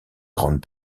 grandes